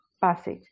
passage